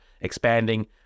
expanding